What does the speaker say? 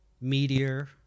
Meteor